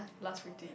last we did